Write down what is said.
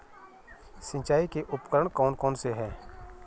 सिंचाई के उपकरण कौन कौन से हैं?